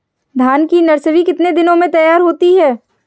धान की नर्सरी कितने दिनों में तैयार होती है?